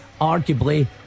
arguably